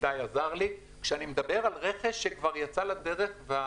רכש שכבר יצא לדרך.